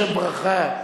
גשם ברכה,